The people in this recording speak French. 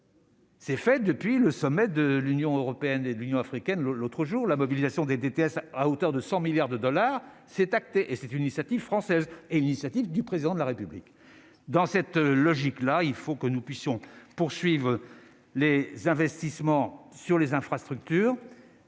C'est fait depuis le sommet de l'Union européenne et de l'Union africaine le l'autre jour, la mobilisation des DTS à hauteur de 100 milliards de dollars, c'est acté et c'est une initiative française et l'initiative du président de la République dans cette logique-là, il faut que nous puissions poursuivre les investissements sur les infrastructures,